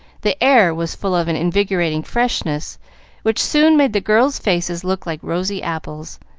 the air was full of an invigorating freshness which soon made the girls' faces look like rosy apples,